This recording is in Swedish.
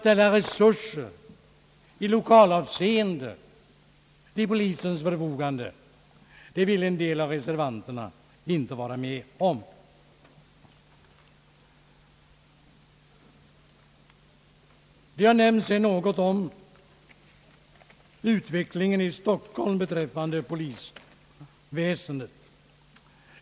En del av reservanterna vill alltså inte ställa resurser i lokalavseende till polisens förfogande. Någon talare nämnde här om utvecklingen i Stockholm för polisväsendet.